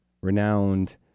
Renowned